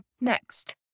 next